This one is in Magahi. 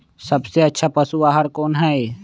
सबसे अच्छा पशु आहार कोन हई?